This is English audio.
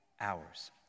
hours